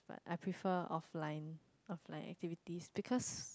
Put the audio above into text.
but I prefer offline offline activities because